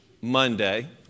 Monday